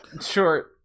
Sure